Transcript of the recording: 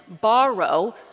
borrow